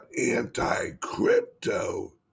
anti-crypto